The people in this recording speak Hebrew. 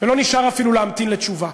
ולא נשאר אפילו להמתין לתשובה.